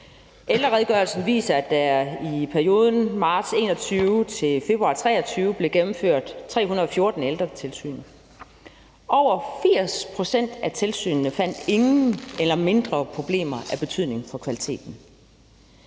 Ældreredegørelsen viser, at der i perioden marts 2021 til februar 2023 blev gennemført 314 ældretilsyn. Over 80 pct. af tilsynene fandt ingen eller mindre problemer af betydning for kvaliteten.